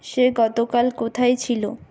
সে গতকাল কোথায় ছিলো